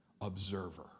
observer